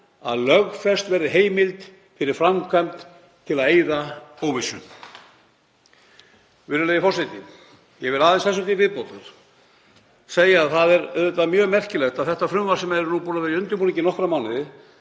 að lögfest verði heimild fyrir framkvæmdinni til að eyða óvissu.“ Virðulegi forseti. Ég verð aðeins þessu til viðbótar að segja að auðvitað er mjög merkilegt að þetta frumvarp, sem er búið að vera í undirbúningi í nokkra mánuði,